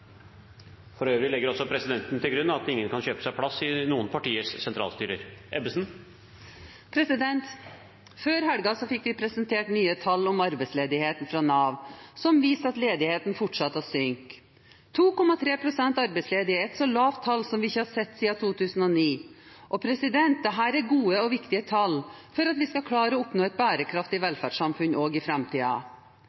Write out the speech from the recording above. For øvrig legger også presidenten til grunn at ingen kan kjøpe seg plass i noen partiers sentralstyre. Før helgen fikk vi presentert nye arbeidsledighetstall fra Nav, som viser at ledigheten fortsetter å synke. 2,3 pst. arbeidsledige er et så lavt tall som vi ikke har sett siden 2009. Og dette er gode og viktige tall for at vi skal klare å oppnå et bærekraftig